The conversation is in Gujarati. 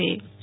નેહલ ઠક્કર